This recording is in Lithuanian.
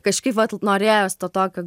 kažkaip vat norėjos to tokio